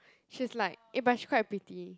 she's like eh but she quite pretty